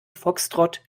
foxtrott